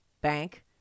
bank